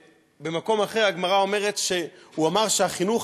במקום אחר הגמרא אומרת שהוא אמר שחינוך